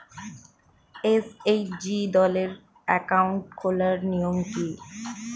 SHG দলের account খোলার নিয়ম কী?